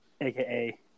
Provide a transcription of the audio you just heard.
aka